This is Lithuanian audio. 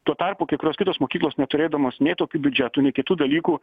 tuo tarpu kai kurios kitos mokyklos neturėdamos nei tokiu biudžetų nei kitų dalykų